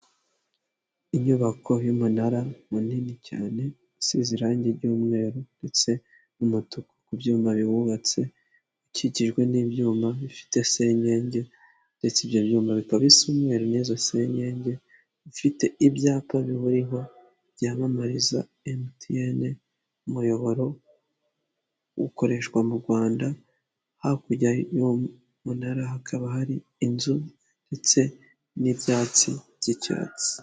Inyubako y'umunara munini cyane, usize irangi ry'umweru ndetse n'umutuku ku byuma wubatse, ukikijwe n'ibyuma bifite senyenge ndetse ibyo byuma bikaba bisa umweru n'izo senyege, ifite ibyapa biwuriho byamamariza Emutiyeni, umuyoboro ukoreshwa mu Rwanda, hakurya y'umunara hakaba hari inzu ndetse n'ibyatsi by'icyatsi.